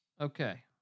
Okay